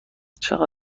چقدر